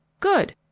good!